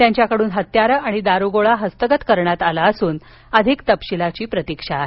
त्यांच्याकडून हत्यारं आणि दारुगोळा हस्तगत करण्यात आला असून अधिक तपशिलाची प्रतीक्षा आहे